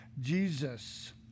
Jesus